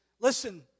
listen